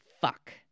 fuck